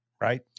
right